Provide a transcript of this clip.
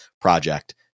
project